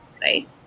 right